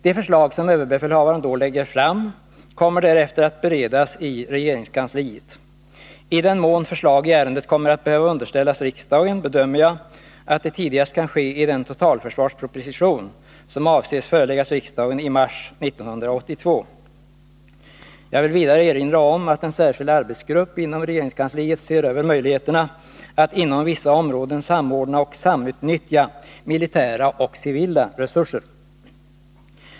De förslag som överbefälhavaren då lägger fram kommer därefter att beredas i regeringskansliet. I den mån förslag i ärendet kommer att behöva underställas riksdagen bedömer jag att det tidigast kan ske i den totalförsvarsproposition som avses föreläggas riksdagen i mars 1982. Jag vill vidare erinra om att en särskild arbetsgrupp inom regeringskansliet ser över möjligheterna att inom vissa områden samordna och samutnyttja militära och civila resurser.